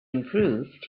improved